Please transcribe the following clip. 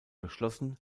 beschlossen